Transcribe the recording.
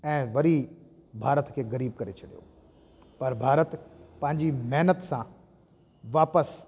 ऐं वरी भारत खे ग़रीबु करे छॾियो परु भारत पंहिंजी महिनत सां वापसि